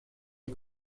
est